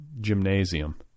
gymnasium